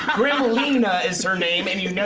gremlina is her name, and you